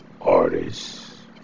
artists